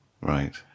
Right